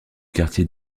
quartier